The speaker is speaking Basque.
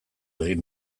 egin